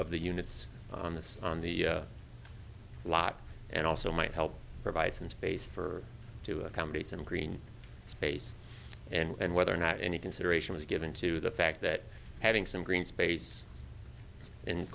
of the units on this on the lot and also might help provide some space for to accommodate and green space and whether or not any consideration was given to the fact that having some green space in